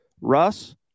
russ